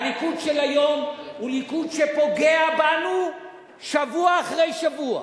הליכוד של היום הוא ליכוד שפוגע בנו שבוע אחרי שבוע,